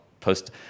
post